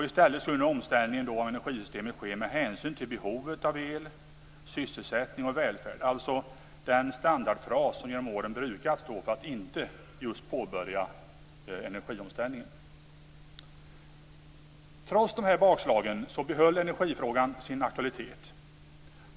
I stället skulle en omställning av energisystemet ske med hänsyn till behovet av el, sysselsättning och välfärd, dvs. den standardfras som genom åren brukats för att inte påbörja energiomställningen. Trots bakslagen behöll energifrågan sin aktualitet.